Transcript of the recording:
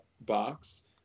box